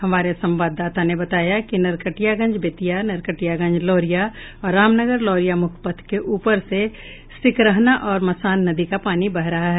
हमारे संवाददाता ने बताया कि नरकटियागंज बेतिया नरकटियागंज लौरिया और रामनगर लौरिया मुख्य पथ के ऊपर से सिकरहना और मसान नदी का पानी बह रहा है